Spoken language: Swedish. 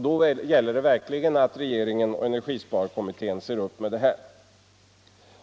Då gäller det verkligen för regeringen och energisparkommittén att se upp med detta!